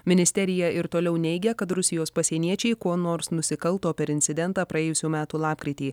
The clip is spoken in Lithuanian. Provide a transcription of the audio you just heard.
ministerija ir toliau neigia kad rusijos pasieniečiai kuo nors nusikalto per incidentą praėjusių metų lapkritį